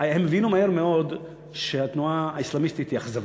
הם הבינו מהר מאוד שהתנועה האסלאמיסטית היא אכזבה,